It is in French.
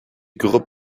groupe